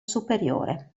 superiore